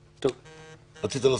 בדיוק, אבל אדוני,